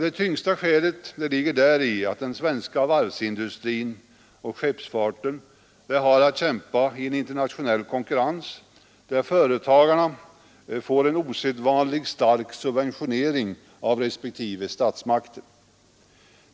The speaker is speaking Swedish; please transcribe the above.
Det tyngsta skälet ligger däri, att den svenska varvsindustrin och skeppsfarten har att kämpa i en internationell konkurrens, där företagarna får en osedvanligt stark subventionering av respektive statsmakter.